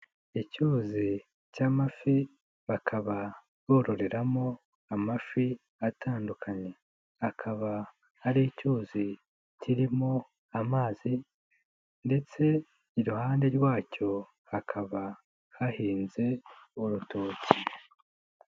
Icyuzi cy'amafi bakaba bororeramo amafi atandukanye, akaba ari icyuzi kirimo amazi ndetse iruhande rwacyo hakaba hahinze urutoki.